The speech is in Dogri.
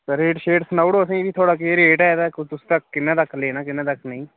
रेट शेट सनाई ओड़ो असें ई बी थुआड़ा केह् रेट ऐ ते तुसें किन्ने तक्कर लेना किन्ने तक्कर नेईं